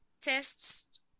tests